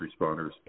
responders